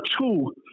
two